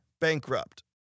bankrupt